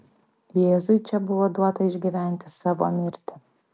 jėzui čia buvo duota išgyventi savo mirtį